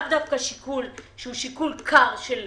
לאו דווקא שיקול שהוא שיקול קר של מכרז,